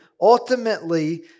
ultimately